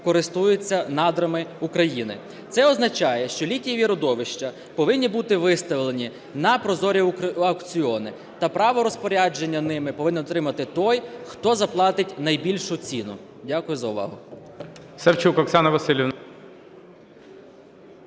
користується надрами України. Це означає, що літієві родовища повинні бути виставлені на прозорі аукціони, та право розпорядження ними повинен отримати той, хто заплатить найбільшу ціну. Дякую за увагу.